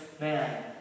man